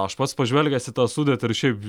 aš pats pažvelgęs į tą sudėtį ir šiaip